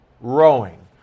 rowing